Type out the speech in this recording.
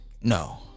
No